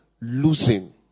losing